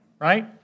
right